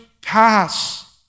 pass